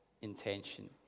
intention